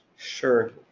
sure!